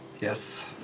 Yes